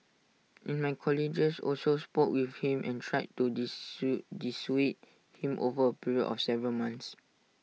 in my colleagues also spoke with him and tried to dissuade him over A period of several months